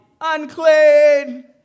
Unclean